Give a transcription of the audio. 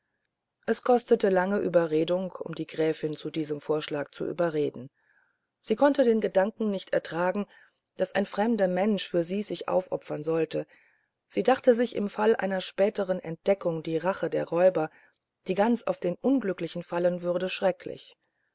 es kostete lange überredung um die gräfin zu diesem vorschlag zu überreden sie konnte den gedanken nicht ertragen daß ein fremder mensch für sie sich aufopfern sollte sie dachte sich im fall einer späteren entdeckung die rache der räuber die ganz auf den unglücklichen fallen würde schrecklich